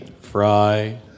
Fry